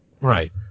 Right